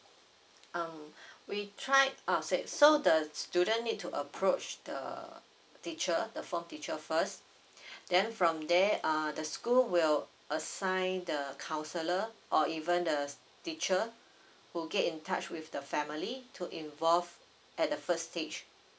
um we try I'll say so the student need to approach the teacher the form teacher first then from there uh the school will assign the counselor or even the the teacher who get in touch with the family to involve at the first stage